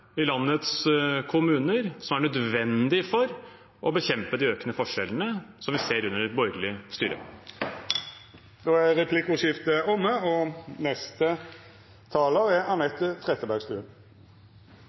i landets kommuner, som er nødvendig for å bekjempe de økende forskjellene som vi ser under et borgerlig styre. Replikkordskiftet er omme. Likestilling kommer ikke av seg selv. Man er